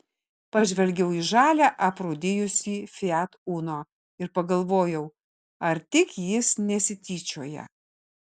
pažvelgiau į žalią aprūdijusį fiat uno ir pagalvojau ar tik jis nesityčioja